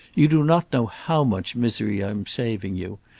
you do not know how much misery i am saving you.